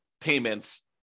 payments